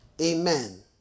Amen